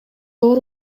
оор